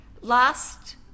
last